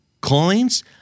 coins